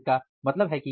इसका मतलब है कि